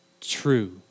true